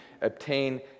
obtain